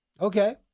Okay